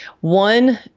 One